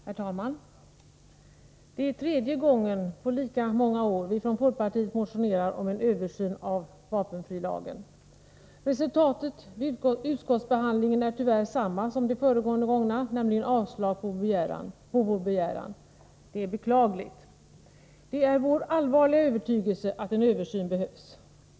Herr talman! Detta är tredje gången på lika många år vi från folkpartiet motionerar om en översyn av vapenfrilagen. Resultatet vid utskottsbehandlingen är tyvärr detsamma som de föregående gångerna, nämligen ett yrkande om avslag på vår begäran. Det är beklagligt. Det är vår allvarliga övertygelse att en översyn behövs.